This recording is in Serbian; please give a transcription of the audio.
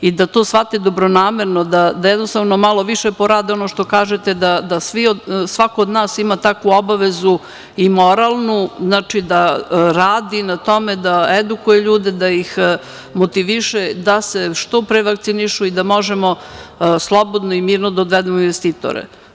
Želim da to shvate dobronamerno, jednostavno, da malo više porade, kao što kažete, da svako od nas ima takvu obavezu i moralnu, znači da radi na tome da edukuje ljude, da ih motiviše da se što pre vakcinišu i da možemo slobodno i mirno da dovedemo investitore.